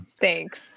Thanks